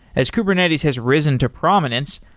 as kubernetes has risen to prominence,